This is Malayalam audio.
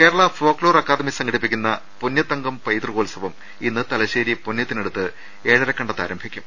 കേരള ഫോക് ലോർ അക്കാദമി സംഘടിപ്പിക്കുന്ന പൊന്നൃത്തങ്കം പൈതൃകോത്സവം ഇന്ന് തലശ്ശേരി പൊന്ന്യത്തിനടുത്ത് ഏഴരക്കണ്ടത്ത് ആരംഭിക്കും